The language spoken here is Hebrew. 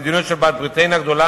המדיניות של בעלת-בריתנו הגדולה,